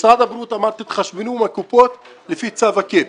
משרד הבריאות אמר תתחשבנו עם הקופות לפי צו ה-קייפ.